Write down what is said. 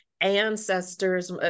ancestors